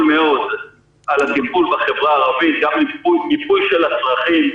מאוד על הטיפול בחברה הערבית גם במיפוי הצרכים.